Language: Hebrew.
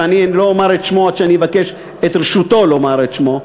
ואני לא אומר את שמו עד שאני אבקש את רשותו לומר את שמו,